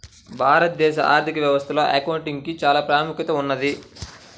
భారతదేశ ఆర్ధిక వ్యవస్థలో అకౌంటింగ్ కి చానా ప్రాముఖ్యత ఉన్నది